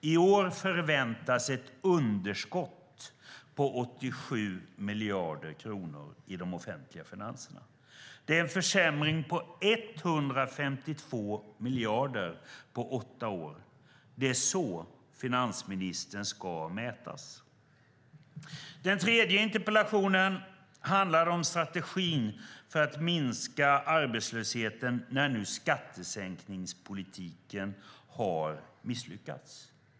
I år förväntas ett underskott på 87 miljarder kronor i de offentliga finanserna. Det är en försämring med 152 miljarder på åtta år. Det är så finansministern ska mätas. Den tredje interpellationen handlade om strategin för att minska arbetslösheten när nu skattesänkningspolitiken har misslyckats.